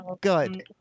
Good